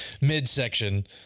midsection